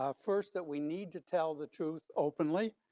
ah first, that we need to tell the truth openly.